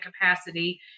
capacity